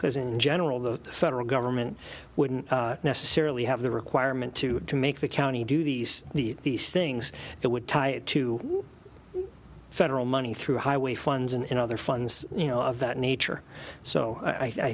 because in general the federal government wouldn't necessarily have the requirement to make the county do these these things it would tie it to federal money through highway funds and other funds you know of that nature so i